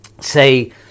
say